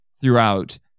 throughout